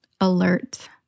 alert